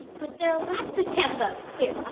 but there are lots of tempos. here,